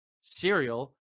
cereal